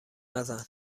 نزن